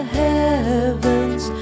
heavens